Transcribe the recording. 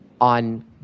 on